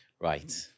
Right